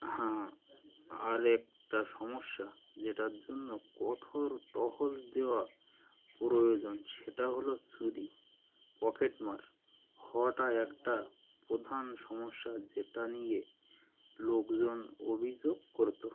হ্যাঁ আরেকটা সমস্যা যেটার জন্য কঠোর টহল দেওয়া প্রয়োজন সেটা হলো চুরি পকেটমার হওয়াটা একটা প্রধান সমস্যা যেটা নিয়ে লোকজন অভিযোগ করতো